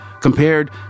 compared